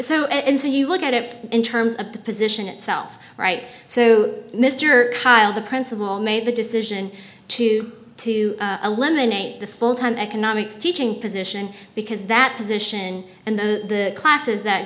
so you look at it in terms of the position itself right so mr kyle the principal made the decision to to eliminate the full time economics teaching position because that position and the classes that